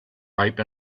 ripe